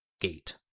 gate